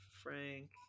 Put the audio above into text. Frank